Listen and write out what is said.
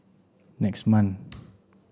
next month